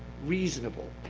reasonable